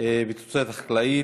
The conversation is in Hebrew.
בתוצרת החקלאית,